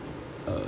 uh